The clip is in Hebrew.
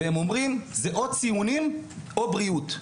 והם אומרים, זה או ציונים או בריאות.